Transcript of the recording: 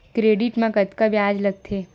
Credit मा कतका ब्याज लगथे?